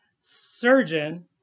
surgeon